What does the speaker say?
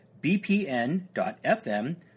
bpn.fm